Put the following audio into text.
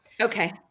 Okay